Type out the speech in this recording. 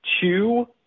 two